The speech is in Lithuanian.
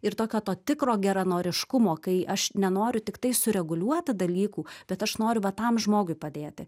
ir tokio to tikro geranoriškumo kai aš nenoriu tiktai sureguliuoti dalykų bet aš noriu va tam žmogui padėti